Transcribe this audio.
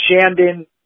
Shandon